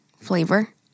flavor